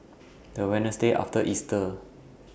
The Wednesday after Easter